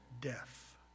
death